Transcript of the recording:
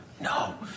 No